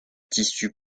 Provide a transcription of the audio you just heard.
tissus